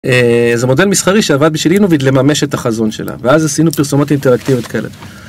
זה מודל מסחרי שעבד בשביל Innovid לממש את החזון שלה ואז עשינו פרסומות אינטראקטיביות כאלה.